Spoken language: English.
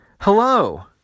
Hello